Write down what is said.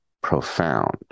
profound